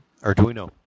Arduino